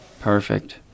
Perfect